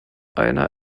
einer